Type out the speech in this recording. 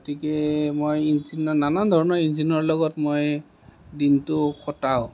গতিকে মই নানান ধৰণৰ ইঞ্জিনৰ লগত মই দিনটো কটাও